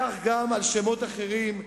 כך גם שמות אחרים,